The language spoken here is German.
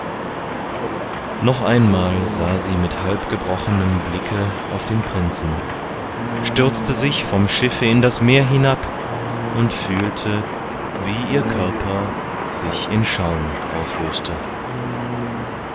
noch einmal sah sie mit halbgebrochenem blicke auf den prinzen stürzte sich vom schiffe in das meer hinab und fühlte wie ihr körper sich in schaum auflöste